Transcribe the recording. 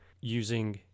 using